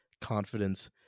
confidence